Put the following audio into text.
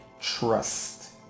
trust